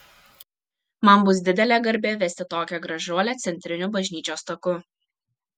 man bus didelė garbė vesti tokią gražuolę centriniu bažnyčios taku